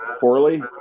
poorly